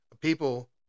People